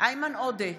איימן עודה,